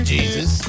Jesus